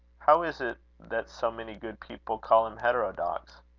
how is it that so many good people call him heterodox?